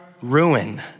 ruin